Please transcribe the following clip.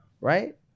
Right